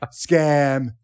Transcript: Scam